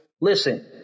Listen